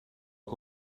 que